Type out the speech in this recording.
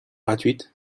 gratuite